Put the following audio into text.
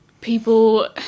people